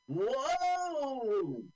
Whoa